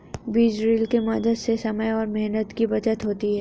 बीज ड्रिल के मदद से समय और मेहनत की बचत होती है